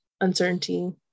uncertainty